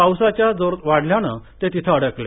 पावसाचा जोर वाढल्यानं ते तिथं अडकले